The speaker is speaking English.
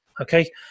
Okay